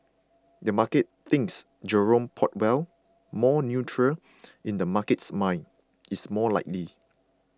the market thinks Jerome Powell more neutral in the market's mind is more likely